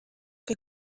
que